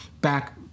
back